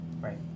Right